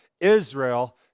Israel